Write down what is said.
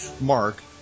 Mark